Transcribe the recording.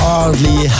Hardly